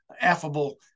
affable